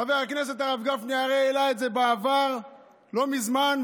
חבר הכנסת הרב גפני הרי העלה את זה בעבר, לא מזמן.